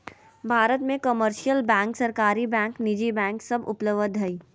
भारत मे commercial bank, सरकारी bank, निजी बैंक सब उपलब्ध हय